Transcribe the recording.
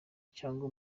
cyangwa